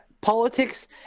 politics